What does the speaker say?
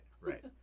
right